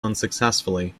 unsuccessfully